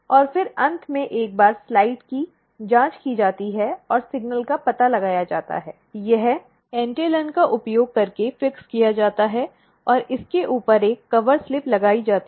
और फिर अंत में एक बार स्लाइड की जांच की जाती है और सिग्नल का पता लगाया जाता है यह एंटेलन का उपयोग करके फिक्स किया जाता है और इसके ऊपर एक कवर स्लिप लगाई जाती है